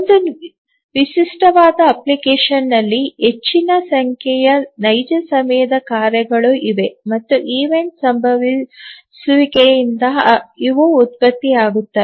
ಒಂದು ವಿಶಿಷ್ಟವಾದ ಅಪ್ಲಿಕೇಶನ್ನಲ್ಲಿ ಹೆಚ್ಚಿನ ಸಂಖ್ಯೆಯ ನೈಜ ಸಮಯದ ಕಾರ್ಯಗಳು ಇವೆ ಮತ್ತು ಈವೆಂಟ್ ಸಂಭವಿಸುವಿಕೆಯಿಂದ ಇವು ಉತ್ಪತ್ತಿಯಾಗುತ್ತವೆ